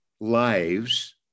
lives